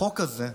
החוק הזה,